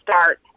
start